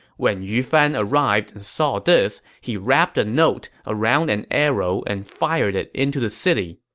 when yu fan arrived and saw this, he wrapped a note around an arrow and fired it into the city.